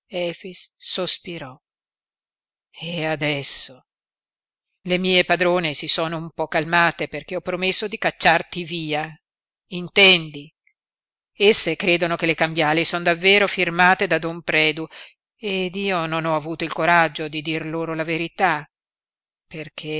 sospirò e adesso le mie padrone si sono un po calmate perché ho promesso di cacciarti via intendi esse credono che le cambiali son davvero firmate da don predu ed io non ho avuto il coraggio di dir loro la verità